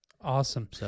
Awesome